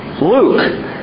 Luke